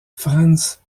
franz